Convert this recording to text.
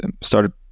Started